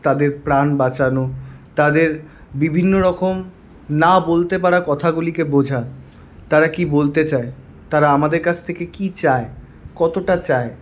তাদের প্রাণ বাঁচানো তাদের বিভিন্ন রকম না বলতে পারা কথাগুলিকে বোঝা তারা কী বলতে চায় তারা আমাদের কাছ থেকে কী চায় কতটা চায়